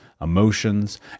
emotions